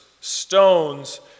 stones